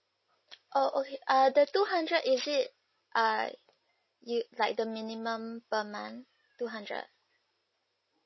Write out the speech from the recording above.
oh okay uh the two hundred is it uh yo~ like the minimum per month two hundred